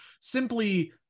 simply